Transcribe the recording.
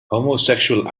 homosexual